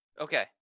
Okay